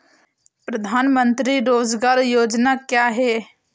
प्रधानमंत्री रोज़गार योजना क्या है?